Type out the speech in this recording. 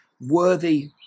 worthy